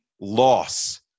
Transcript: loss